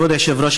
כבוד היושב-ראש,